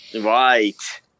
Right